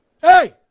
Hey